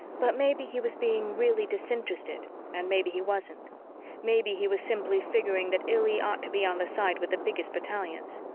but maybe he was being really disinterested and maybe he wasn't maybe he was simply figuring that illy ought to be on the side with the biggest battalions.